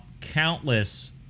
countless